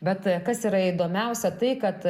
bet kas yra įdomiausia tai kad